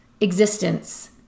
existence